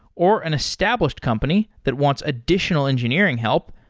or an established company that wants additional engineering help,